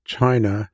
China